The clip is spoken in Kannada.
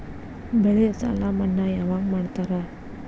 ಬೆಳೆ ಸಾಲ ಮನ್ನಾ ಯಾವಾಗ್ ಮಾಡ್ತಾರಾ?